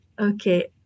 Okay